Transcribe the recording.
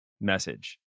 message